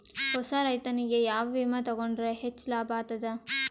ಹೊಸಾ ರೈತನಿಗೆ ಯಾವ ವಿಮಾ ತೊಗೊಂಡರ ಹೆಚ್ಚು ಲಾಭ ಆಗತದ?